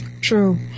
True